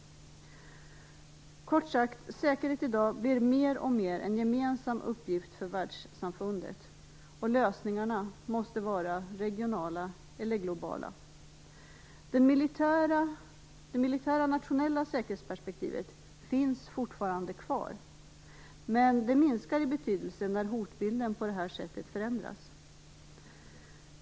Kort sagt: Säkerhet i dag blir mer och mer en gemensam uppgift för världssamfundet, och lösningarna måste vara regionala eller globala. Det militära nationella säkerhetsperspektivet finns fortfarande kvar, men det minskar i betydelse när hotbilden på det här sättet förändras.